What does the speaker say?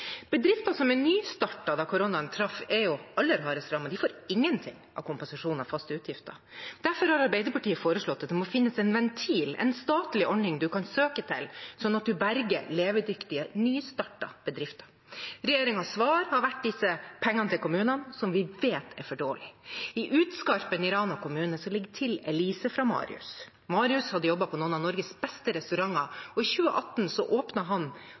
er jo glad for de pengene som kommer. Bedrifter som var nystartet da koronaen traff, er jo aller hardest rammet. De får ingenting av kompensasjonen for faste utgifter. Derfor har Arbeiderpartiet foreslått at det må finnes en ventil – en statlig ordning man kan søke til, sånn at man berger levedyktige nystartede bedrifter. Regjeringens svar har vært disse pengene til kommunene, som vi vet er for få. I Utskarpen i Rana kommune ligger Til Elise fra Marius. Marius hadde jobbet på noen av Norges beste restauranter, og i 2018 åpnet han